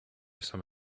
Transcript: some